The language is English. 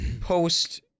post